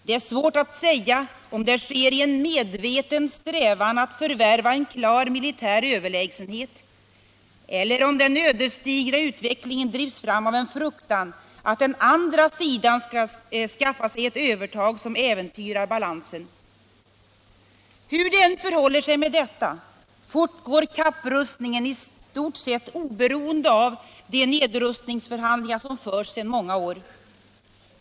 Det är svårt att säga om det sker i en medveten strävan att förvärva en klar militär överlägsenhet eller om den ödesdigra utvecklingen drivs fram av en fruktan att den andra sidan skall skaffa sig ett övertag som äventyrar balansen. Hur det än förhåller sig med detta, fortgår kapprustningen i stort sett oberoende av de nedrustningsförhandlingar som förs sedan många år.